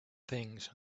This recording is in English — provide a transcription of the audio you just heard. things